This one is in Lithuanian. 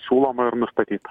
siūloma ir nustatyta